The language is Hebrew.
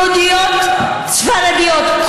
יהודיות ספרדיות,